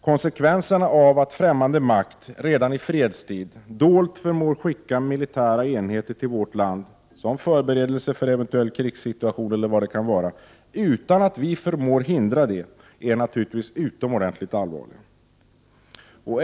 Konsekvenserna av att fftämmande makt redan i fredstid dolt förmår skicka militära enheter till vårt land, som förberedelse för eventuell krigssituation e.d., utan att vi förmår hindra det är naturligtvis utomordentligt allvarligt.